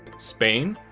spain,